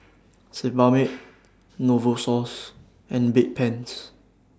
Sebamed Novosource and Bedpans